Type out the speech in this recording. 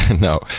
No